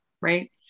Right